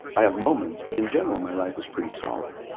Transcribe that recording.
i have moments, but in general, my life is pretty solid.